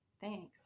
thanks